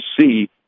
see